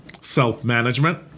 self-management